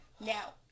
Now